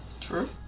True